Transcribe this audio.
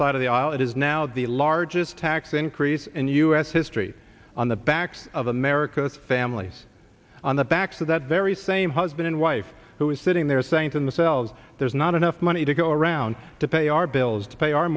side of the aisle it is now the large this tax increase in u s history on the backs of america's families on the backs of that very same husband and wife who is sitting there saying to themselves there's not enough money to go around to pay our bills to pay our